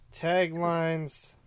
Taglines